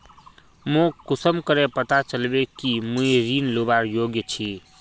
मोक कुंसम करे पता चलबे कि मुई ऋण लुबार योग्य छी?